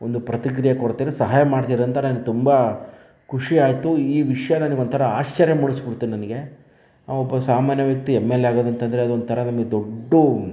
ಒಂದು ಪ್ರತಿಕ್ರಿಯೆ ಕೊಡ್ತಾರೆ ಸಹಾಯ ಮಾಡ್ತರೆ ಅಂತನೇ ನನಗೆ ತುಂಬ ಖುಷಿ ಆಯಿತು ಈ ವಿಷಯ ನನಗೆ ಒಂಥರ ಆಶ್ಚರ್ಯ ಮೂಡಿಸಿಬಿಡ್ತು ನನಗೆ ಒಬ್ಬ ಸಾಮಾನ್ಯ ವ್ಯಕ್ತಿ ಎಮ್ ಎಲ್ ಎ ಆಗೋದು ಅಂತಂದರೆ ಅದೊಂದು ಥರ ನಮಗೆ ದೊಡ್ದ